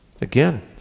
Again